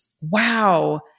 wow